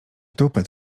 tupet